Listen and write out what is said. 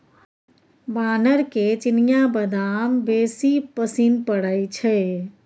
बानरके चिनियाबदाम बेसी पसिन पड़य छै